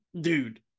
dude